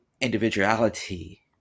individuality